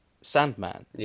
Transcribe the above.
Sandman